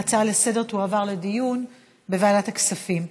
ההצעה לסדר תועבר לדיון בוועדת הכספים.